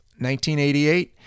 1988